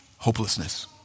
Hopelessness